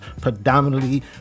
predominantly